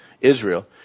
Israel